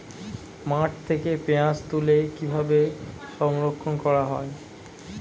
মাঠ থেকে পেঁয়াজ তুলে কিভাবে সংরক্ষণ করা হয়?